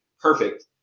perfect